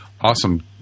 awesome